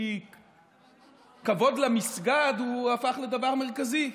כי כבוד למסגד הפך לדבר מרכזי.